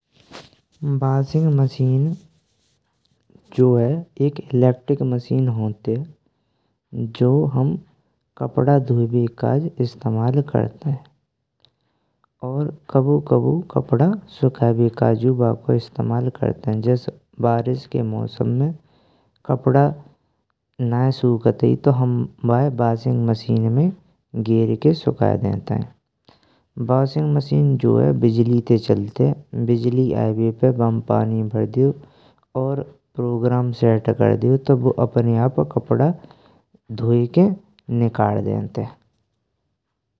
Washing machine जो है एक इलेक्ट्रिक मशीन होतये। जो हम कपड़ा धोयेवे काज इस्तेमाल करत्येइन, और कबौ कबौ कपड़ा सुखावे काज इस्तेमाल करत्येइन। जैस के बारिश में कपड़ा नाए सुखतये, तो वये हम वॉशिंग मशीन में गर की सुखाये देन्त हैं। वॉशिंग मशीन जो है बिजली ते चलतेयेइन है, बिजली आवेवे वे बामे पानी भर देयो और प्रोग्राम सेट कर देयो, तो वो अपने आप कपड़ा धोये की निकाल देत है।